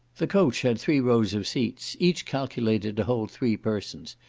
the coach had three rows of seats, each calculated to hold three persons,